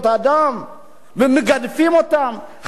חברי הכנסת אומרים: את הארגונים האלה,